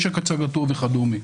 משך הצגתם וכדומה".